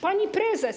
Pani Prezes!